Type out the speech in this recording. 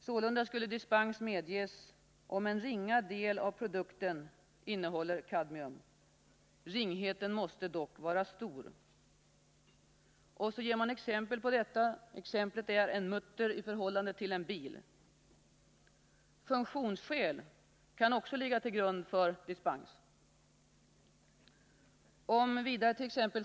Sålunda skulle dispens medges om en ringa del av produkterna innehåller kadmium. Ringheten måste dock vara stor. Det exempel man ger på detta är en mutter i förhållande till en bil. Funktionsskäl kan också ligga till grund för dispens.